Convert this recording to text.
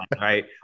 right